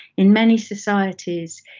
in many societies,